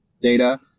data